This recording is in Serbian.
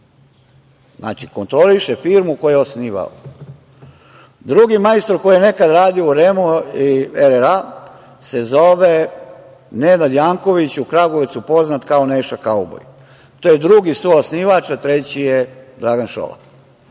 Znači, kontroliše firmu koju je osnivao. Drugi majstor koji je nekada radio u REM-u i RRA se zove Nenad Janković, u Kragujevcu poznat kao Neša kauboj. To je drugi suosnivač, a treći je Dragan Šolak.